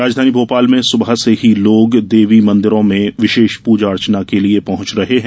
राजधानी भोपाल में सुबह से ही लोग देवी मंदिरों में विशेष प्जा अर्चना के लिये पहुंच रहे है